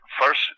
first